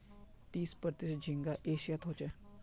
तीस प्रतिशत झींगा एशियात ह छे